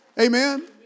Amen